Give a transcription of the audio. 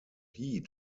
heat